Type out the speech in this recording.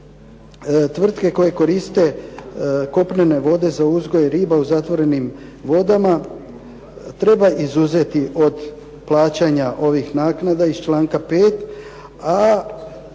tvrtke koje koriste kopnene vode za uzgoj riba u zatvorenim vodama treba izuzeti od plaćanja ovih naknada iz članka 5. a